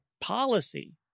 policy